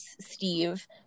Steve